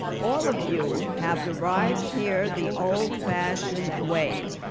all of you have arrived here the old fashioned way.